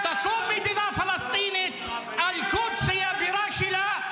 -- ותקום מדינה פלסטינית, אל-קודס היא הבירה שלה,